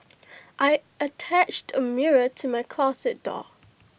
I attached A mirror to my closet door